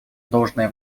должное